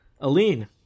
Aline